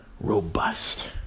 robust